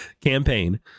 campaign